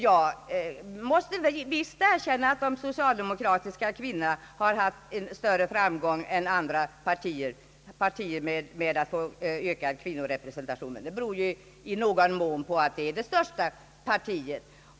Jag erkänner att de socialdemokratiska kvinnorna har haft en större framgång än vi i andra partier med att få ökad kvinnorepresentation, men det beror i någon mån på att socialdemokraterna är det största partiet.